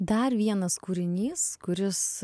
dar vienas kūrinys kuris